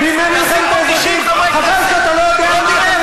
מי אמר שזה יקרה?